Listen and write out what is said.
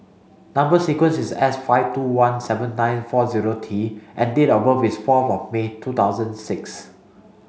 number sequence is S five two one seven nine four zero T and date of birth is four of May two thousand six